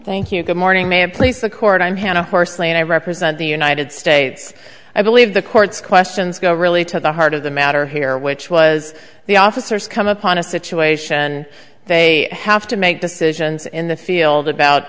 thank you good morning mayor please the court i'm hannah horsley and i represent the united states i believe the court's questions go really to the heart of the matter here which was the officers come upon a situation they have to make decisions in the field about